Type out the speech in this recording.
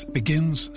begins